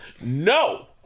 no